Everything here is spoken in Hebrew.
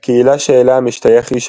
בניגוד ל"איש ההדר" השואף לשליטה על